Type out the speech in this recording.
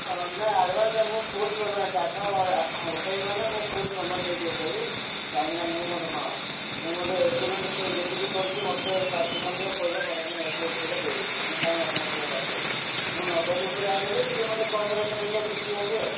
ହଁ ନା ଆଡ଼ଭାନ୍ସ ମୁଁ ଫୁଲ ପେମେଣ୍ଟ ଚାଠ ଉଠେଇବି ମାନେ ମୁଁ ଫୁଲ ପେମେଣ୍ଟ ଦେଇକି ଉଠେଇବି କାହିଁକିନା ମୁଁ ମଧ୍ୟ ହଁ ମୁଁ ମଧ୍ୟ ଏଷ୍ଟିମେଟ୍ ଯେତିକି କରିଛି ମୋତେ ପାର୍ଟି ମଧ୍ୟ ପଇସା ସାଙ୍ଗେ ସାଙ୍ଗେ ଏଷ୍ଟିମେଟ୍ ପଇସା ଦେଇଦେଇଛନ୍ତି ମୁଁ କାଇଁକି ଆପଣଙ୍କୁ ପଇସା ବାକି ରଖିବି ମୁଁ ନଗଦ ଉପରେ ଆଣିବି ଟିକେ ମୋତେ କମ୍ ରେଟ୍ ମଳିଲେ ଖୁସି ହୁଅନ୍ତି ଆଉ